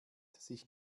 sich